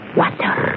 water